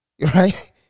right